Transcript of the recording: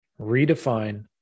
redefine